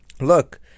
look